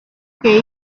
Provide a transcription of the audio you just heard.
que